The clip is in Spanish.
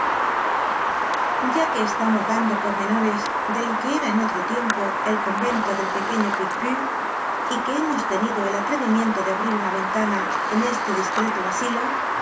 ya que estamos dando pormenores de lo que era en otro tiempo el convento del pequeño picpus y que hemos tenido el atrevimiento de abrir una ventana én este discreto asilo